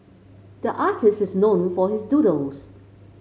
the artist is known for his doodles